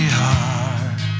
heart